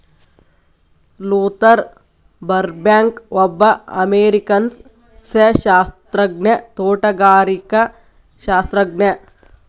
Luther ಬರ್ಬ್ಯಾಂಕ್ಒಬ್ಬ ಅಮೇರಿಕನ್ಸಸ್ಯಶಾಸ್ತ್ರಜ್ಞ, ತೋಟಗಾರಿಕಾಶಾಸ್ತ್ರಜ್ಞ